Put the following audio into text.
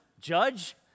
judge